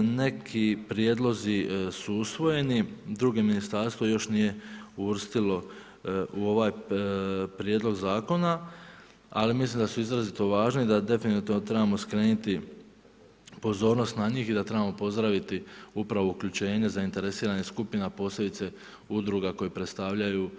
Neki prijedlozi su usvojeni, drugo ministarstvo još nije uvrstilo u ovaj prijedlog zakona, ali mislim da su izrazito važni i da definitivno trebamo skreniti pozornost na njih i da trebamo pozdraviti upravo uključenje zainteresiranih skupina, posebice udruga koje predstavljaju